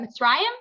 mitzrayim